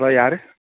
hello யாரு